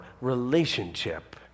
relationship